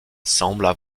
semblent